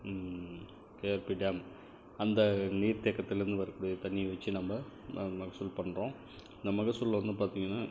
KRP dam அந்த நீர்த் தேக்கத்திலருந்து வரக்கூடிய தண்ணியை வைச்சு நம்ம ம மகசூல் பண்ணுறோம் இந்த மகசூல் வந்து பார்த்திங்கன்னா